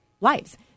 lives